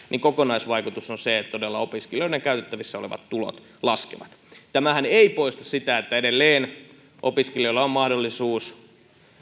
kokonaisvaikutus on se että todella opiskelijoiden käytettävissä olevat tulot laskevat tämähän ei poista sitä että edelleen opiskelijoilla on mahdollisuus